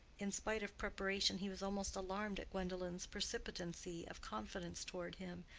in spite of preparation he was almost alarmed at gwendolen's precipitancy of confidence toward him,